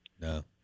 No